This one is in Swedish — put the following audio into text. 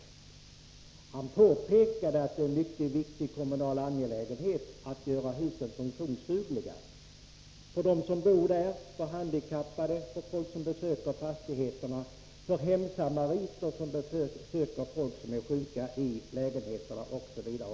Bostadsministern påpekade att det är en mycket viktig kommunal angelägenhet att göra husen funktionsdugliga för dem som bor där, för handikappade, för folk som besöker fastigheterna, för hemsamariter som besöker sjuka i lägenheterna osv.